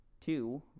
Two